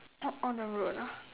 top on the road ah